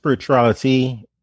Spirituality